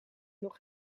nog